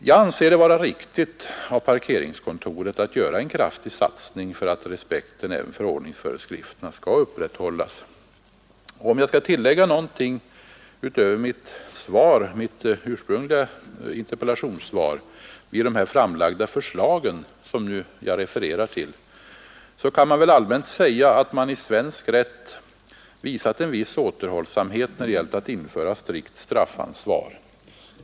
Jag anser det vara riktigt av parkeringskontoret att göra en kraftig satsning för att respekten även för ordningsföreskrifterna skall upprätthållas. Om jag skall tillägga något utöver mitt ursprungliga interpellationssvar beträffande de framlagda förslagen som jag där refererar till, kan jag allmänt säga att man i svensk rätt visat en viss återhållsamhet när det gällt att införa strikt straffansvar.